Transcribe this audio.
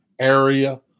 area